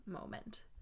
moment